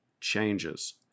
changes